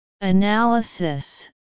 Analysis